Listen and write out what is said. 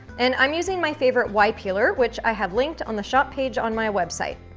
and i'm using my favorite y peeler which i have linked on the shop page on my website.